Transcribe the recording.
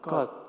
God